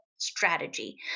strategy